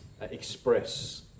express